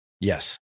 Yes